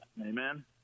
Amen